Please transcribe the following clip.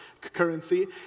currency